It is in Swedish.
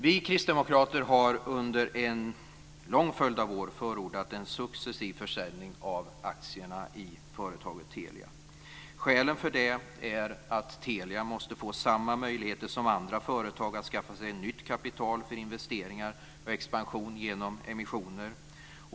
Vi kristdemokrater har under en lång följd av år förordat en successiv försäljning av aktierna i företaget Telia. Skälet är att Telia måste få samma möjligheter som andra företag att skaffa sig nytt kapital för investeringar och expansion genom emissioner.